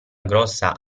grossa